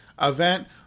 event